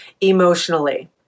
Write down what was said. emotionally